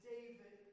David